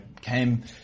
came